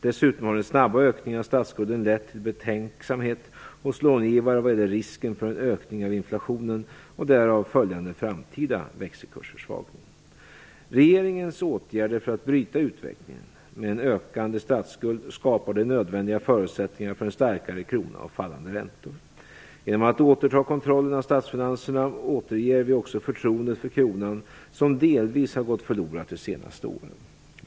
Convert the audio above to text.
Dessutom har den snabba ökningen av statsskulden lett till betänksamhet hos långivare vad gäller risken för en ökning av inflationen och därav följande framtida växelkursförsvagning. Regeringens åtgärder för att bryta utvecklingen med en ökande statsskuld skapar de nödvändiga förutsättningarna för en starkare krona och fallande räntor. Genom att återta kontrollen av statsfinanserna återger vi också förtroendet för kronan, som delvis gått förlorat de senaste åren.